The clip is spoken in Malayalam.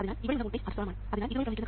അതിനാൽ ഇവിടെയുള്ള വോൾട്ടേജ് അത്രത്തോളം ആണ്